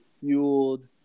fueled